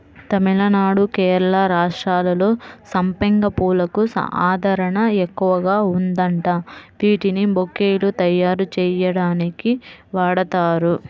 తమిళనాడు, కేరళ రాష్ట్రాల్లో సంపెంగ పూలకు ఆదరణ ఎక్కువగా ఉందంట, వీటిని బొకేలు తయ్యారుజెయ్యడానికి వాడతారు